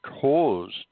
caused